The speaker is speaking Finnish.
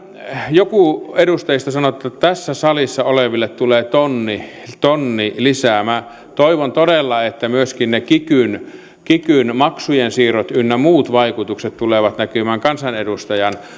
joku edustajista sanoi että tässä salissa oleville tulee tonni tonni lisää minä toivon todella että myöskin ne kikyn kikyn maksujensiirrot ynnä muut vaikutukset tulevat näkymään kansanedustajan